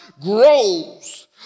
grows